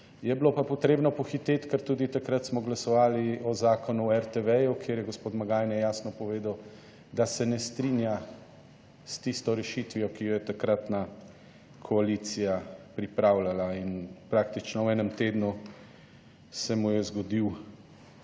Je bilo pa potrebno pohiteti, ker tudi takrat smo glasovali o Zakonu o RTV, kjer je gospod Magajne jasno povedal, da se ne strinja s tisto rešitvijo, ki jo je takratna koalicija pripravljala in praktično v enem tednu se mu je zgodil